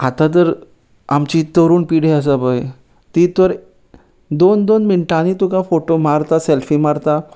आता तर आमची तरूण पिढी आसा पय ती तर दोन दोन मिनटांनी तुका फोटो मारता सेल्फी मारता